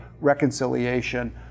reconciliation